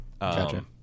Gotcha